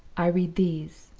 i read these,